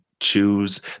choose